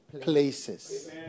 places